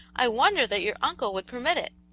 i wonder that your uncle would permit it!